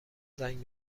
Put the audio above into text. زنگ